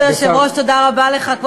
כבוד היושב-ראש, תודה רבה לך.